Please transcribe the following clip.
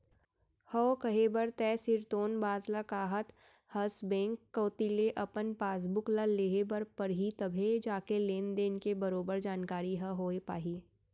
हव कहे बर तैं सिरतोन बात ल काहत हस बेंक कोती ले अपन पासबुक ल लेहे बर परही तभे जाके लेन देन के बरोबर जानकारी ह होय पाही